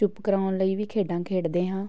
ਚੁੱਪ ਕਰਾਉਣ ਲਈ ਵੀ ਖੇਡਾਂ ਖੇਡਦੇ ਹਾਂ